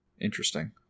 Interesting